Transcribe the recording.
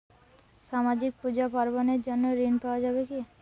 সামাজিক পূজা পার্বণ এর জন্য ঋণ পাওয়া যাবে কি?